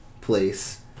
place